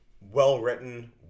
well-written